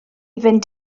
fynd